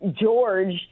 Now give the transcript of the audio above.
George –